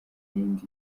iyindi